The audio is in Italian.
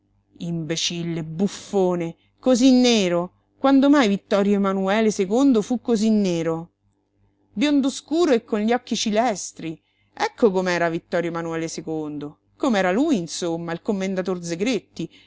imbecille buffone cosí nero quando mai ittorio manuele secondo fu cosí nero biondo scuro e con gli occhi cilestri cco com era ittorio manuele com era lui insomma il commendator zegretti